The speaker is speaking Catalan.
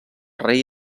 rei